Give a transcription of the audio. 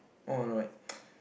oh right